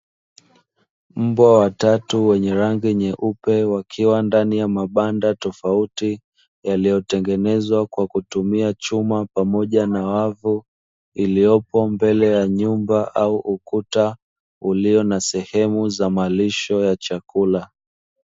Mbwa watatu wenye rangi nyeupe wakiwa ndani ya mabanda tofauti, yaliyotengenezwa kwa kutumia chuma pamoja na wavu, iliyopo mbele ya nyumba au ukuta ulio na sehemu za malisho ya chakula.